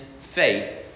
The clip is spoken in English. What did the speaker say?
faith